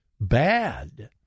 bad